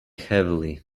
heavily